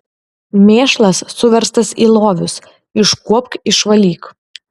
mėšlas suverstas į lovius iškuopk išvalyk